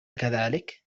كذلك